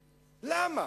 לך,